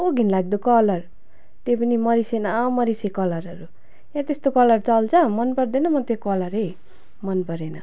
कस्तो घिनलाग्दो कलर त्यो पनि मरिसे न मरिसे कलरहरू यहाँ त्यस्तो कलर चल्छ मनपर्दैन म त्यो कलरै मनपरेन